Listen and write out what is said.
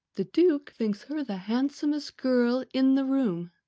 the duke thinks her the handsomest girl in the room.